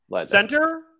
Center